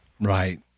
Right